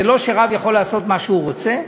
זה לא שרב יכול לעשות מה שהוא רוצה.